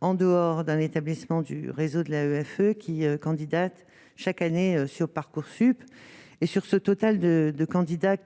en dehors d'un établissement du réseau de la EFE qui candidate chaque année sur Parcoursup et sur ce total de 2 candidats,